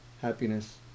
happiness